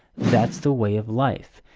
that's the way of life.